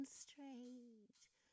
straight